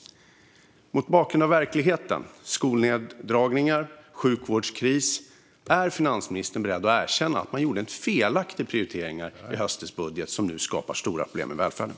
Mot bakgrund av verkligheten med skolneddragningar och sjukvårdskris, är finansministern beredd att erkänna att man gjorde en felaktig prioritering i höstens budget som nu skapar stora problem i välfärden?